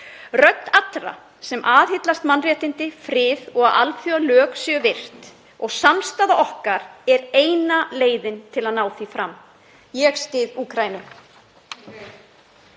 Rödd allra sem aðhyllast mannréttindi, frið og að alþjóðalög séu virt og samstaða okkar er eina leiðin til að ná því fram. Ég styð Úkraínu.